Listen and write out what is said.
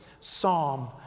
psalm